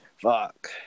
Fuck